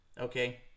Okay